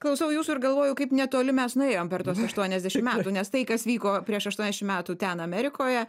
klausau jūsų ir galvoju kaip netoli mes nuėjom per tuos aštuoniasdešim metų nes tai kas vyko prieš aštuoniasdešim metų ten amerikoje